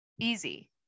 easy